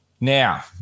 Now